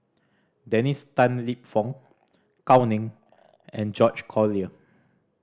Dennis Tan Lip Fong Gao Ning and George Collyer